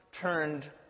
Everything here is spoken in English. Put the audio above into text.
turned